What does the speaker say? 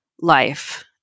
life